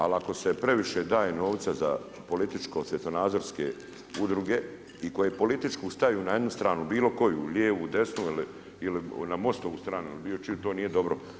Ali ako se previše daje novca za političko svjetonazorske udruge i koji politički staju na jednu stranu, bilo koju, lijevu, desnu ili na Mostovu stranu ili bilo čiju, to nije dobro.